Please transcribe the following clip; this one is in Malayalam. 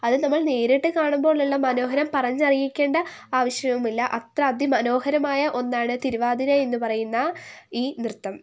അത് നമ്മൾ നേരിട്ട് കാണുമ്പോൾ ഉള്ള മനോഹരം പറഞ്ഞ് അറിയിക്കേണ്ട ആവശ്യവും ഇല്ല അത്ര അതി മനോഹരമായ ഒന്നാണ് തിരുവാതിര എന്ന് പറയുന്ന ഈ നൃത്തം